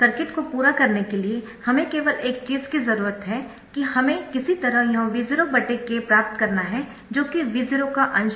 circuit को पूरा करने के लिए हमें केवल एक चीज की जरूरत है कि हमें किसी तरह यह V0 k प्राप्त करना है जो कि V0 का अंश है